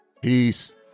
peace